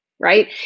Right